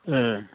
ए